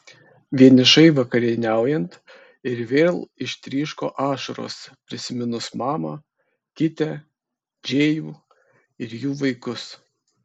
vienišai vakarieniaujant ir vėl ištryško ašaros prisiminus mamą kitę džėjų ir jų vaikus